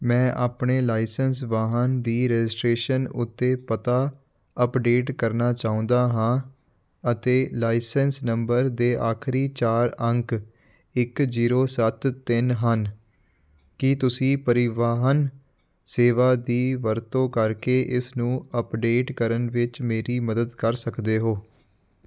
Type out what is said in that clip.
ਮੈਂ ਆਪਣੇ ਲਾਇਸੈਂਸ ਵਾਹਨ ਦੀ ਰਜਿਸਟ੍ਰੇਸ਼ਨ ਉੱਤੇ ਪਤਾ ਅੱਪਡੇਟ ਕਰਨਾ ਚਾਹੁੰਦਾ ਹਾਂ ਅਤੇ ਲਾਇਸੈਂਸ ਨੰਬਰ ਦੇ ਆਖਰੀ ਚਾਰ ਅੰਕ ਇੱਕ ਜੀਰੋ ਸੱਤ ਤਿੰਨ ਹਨ ਕੀ ਤੁਸੀਂ ਪਰਿਵਾਹਨ ਸੇਵਾ ਦੀ ਵਰਤੋਂ ਕਰਕੇ ਇਸ ਨੂੰ ਅੱਪਡੇਟ ਕਰਨ ਵਿੱਚ ਮੇਰੀ ਮਦਦ ਕਰ ਸਕਦੇ ਹੋ